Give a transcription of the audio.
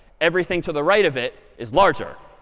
everything to the right of it is larger.